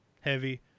heavy